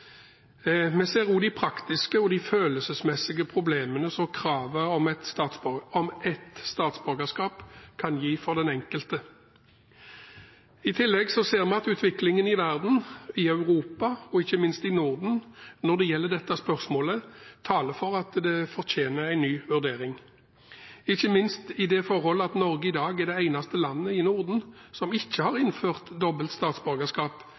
Vi ser også de praktiske og følelsesmessige problemene som kravet om ett statsborgerskap kan gi for den enkelte. I tillegg ser vi at utviklingen i verden, i Europa og ikke minst i Norden når det gjelder dette spørsmålet, taler for at det fortjener en ny vurdering – ikke minst det forholdet at Norge i dag er det eneste landet i Norden som ikke har innført dobbelt statsborgerskap,